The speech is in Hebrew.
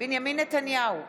בנימין נתניהו,